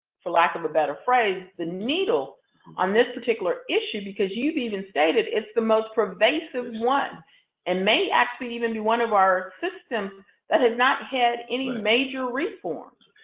for lack of a better phrase, the needle on this particular issue because you've even stated it's the most pervasive one and may actually even be one of our systems that has not had any major reforms.